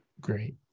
Great